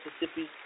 Mississippi